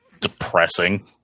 depressing